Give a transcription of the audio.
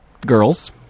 girls